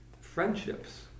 friendships